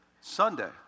Sunday